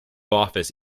office